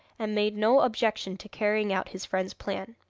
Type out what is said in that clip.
and made no objection to carrying out his friend's plan.